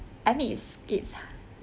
I mean it's it's